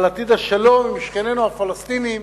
על עתיד השלום עם שכנינו הפלסטינים